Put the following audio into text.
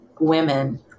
women